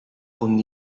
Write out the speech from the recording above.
con